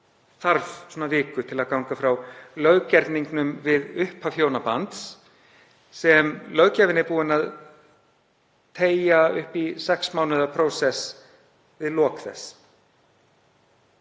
þarf því um viku til að ganga frá löggerningum við upphaf hjónabands sem löggjafinn er búinn að teygja upp í sex mánaða ferli við lok þess.